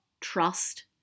trust